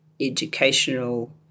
educational